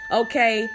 okay